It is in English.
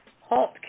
halt